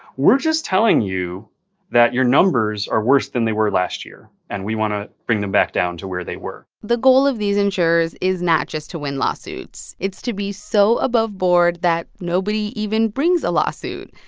we're just telling you that your numbers are worse than they were last year, and we want to bring them back down to where they were the goal of these insurers is not just to win lawsuits it's to be so aboveboard that nobody even brings a lawsuit.